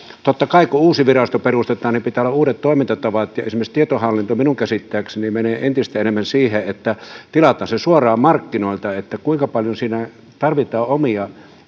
totta kai kun uusi virasto perustetaan pitää olla uudet toimintatavat ja esimerkiksi tietohallinto minun käsittääkseni menee entistä enemmän siihen että tilataan se suoraan markkinoilta eli se kuinka paljon siinä tarvitaan omia